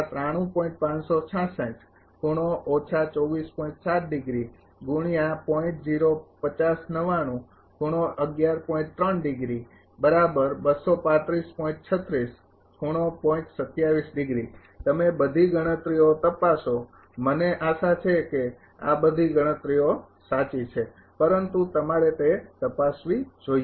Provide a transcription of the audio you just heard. તમે બધી ગણતરીઓ તપાસો મને આશા છે કે આ બધી ગણતરીઓ સાચી છે પરંતુ તમારે તે તપાસવી જોઈએ